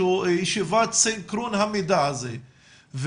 ישיבת סינכרון המידע הזה,